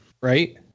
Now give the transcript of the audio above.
Right